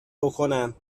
بکنم